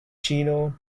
chino